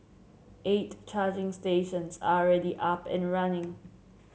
eight charging stations are already up and running